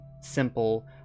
simple